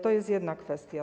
To jest jedna kwestia.